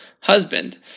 husband